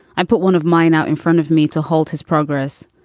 i put one of mine out in front of me to hold his progress.